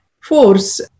force